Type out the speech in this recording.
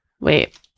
Wait